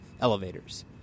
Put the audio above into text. elevators